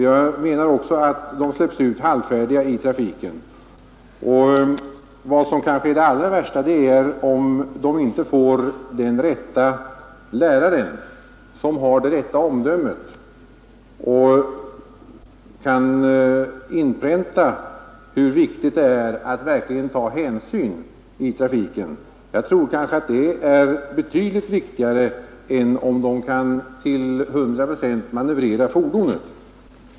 Jag menar att de släpps ut halvfärdiga i trafiken. Vad som kanske är det allra värsta är om de inte får den rätta läraren, som har det riktiga omdömet och kan inpränta hur viktigt det är att verkligen ta hänsyn i trafiken. Jag tror det är betydligt viktigare än om vederbörande till hundra procent kan manövrera fordonet.